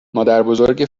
مادربزرگ